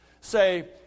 say